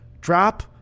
drop